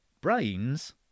Brains